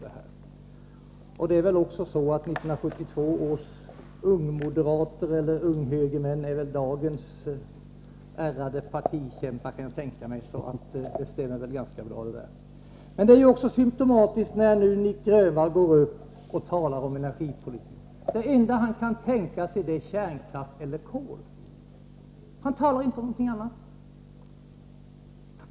Men 1972 års unghögermän är väl dagens ärrade partikämpar, kan jag tänka mig, så det stämmer nog ganska bra. Det är också symtomatiskt att när Nic Grönvall går upp och talar om energipolitiken är det enda han kan tänka sig kärnkraft eller kol. Han talar inte om någonting annat.